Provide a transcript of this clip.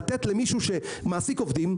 לתת למישהו שמעסיק עובדים,